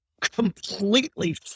completely